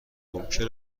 ممکن